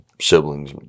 siblings